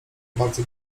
bardzo